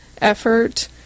effort